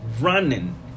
running